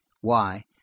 Why